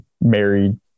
married